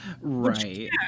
Right